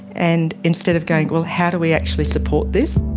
and instead of going, well, how do we actually support this?